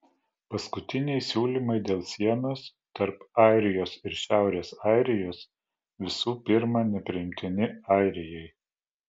paskutiniai siūlymai dėl sienos tarp airijos ir šiaurės airijos visų pirma nepriimtini airijai